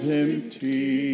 empty